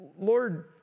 Lord